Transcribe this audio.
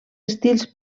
estils